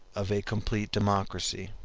of a complete democracy.